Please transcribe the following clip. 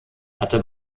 hatte